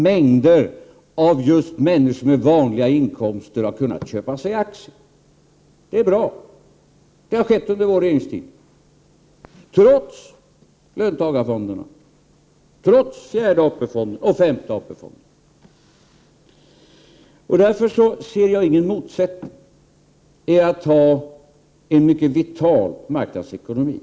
Mängder av människor som är vanliga inkomsttagare har kunnat köpa sig aktier. Det är bra. Detta har skett under vår regeringstid, trots löntagarfonderna och trots den fjärde och den femte AP-fonden. Därför ser jag ingen motsättning i att ha en mycket vital marknadsekonomi.